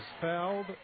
fouled